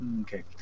Okay